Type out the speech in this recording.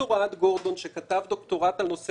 ודוקטור אוהד גורדון שכתב דוקטורט על נושא